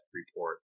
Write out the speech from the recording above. report